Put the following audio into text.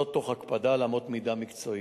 אבל זאת תוך הקפדה על אמות מידה מקצועיות.